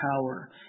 power